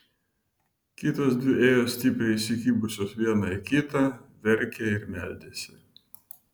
kitos dvi ėjo stipriai įsikibusios viena į kitą verkė ir meldėsi